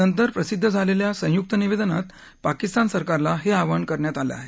नंतर प्रसिद्ध झालेल्या संयूक निवेदनात पाकिस्तान सरकारला हे आवाहन करण्यात आलं आहे